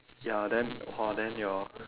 ya then !wah! then your